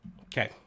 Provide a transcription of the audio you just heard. Okay